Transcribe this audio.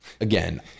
again